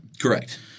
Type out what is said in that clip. Correct